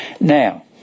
Now